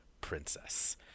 princess